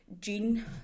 gene